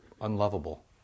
unlovable